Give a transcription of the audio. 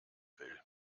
will